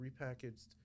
repackaged